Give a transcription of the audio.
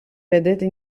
vedete